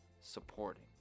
supporting